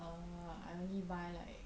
uh I only buy like